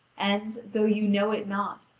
and, though you know it not,